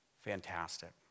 Fantastic